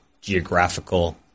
geographical